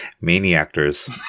maniacs